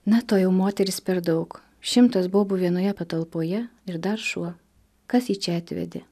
na tojau moterys per daug šimtas bobų vienoje patalpoje ir dar šuo kas jį čia atvedė